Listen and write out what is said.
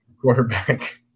quarterback